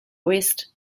west